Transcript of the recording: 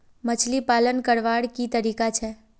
मछली पालन करवार की तरीका छे?